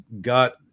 got